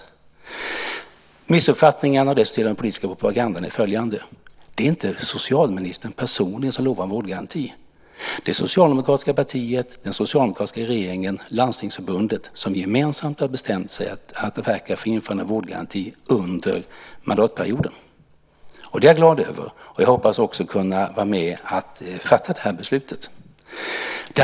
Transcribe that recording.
Beträffande missuppfattningarna och den politiska propagandan: Det är inte socialministern personligen som lovar en vårdgaranti, utan det är det socialdemokratiska partiet, den socialdemokratiska regeringen och Landstingsförbundet som gemensamt har bestämt sig för att verka för införandet av vårdgarantin under mandatperioden. Det är jag glad över, och jag hoppas på att också kunna vara med om att fatta det här beslutet.